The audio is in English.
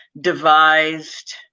devised